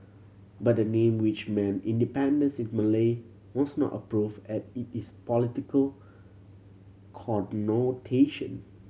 but the name which meant independence in Malay was not approved as it is political connotation